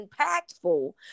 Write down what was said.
impactful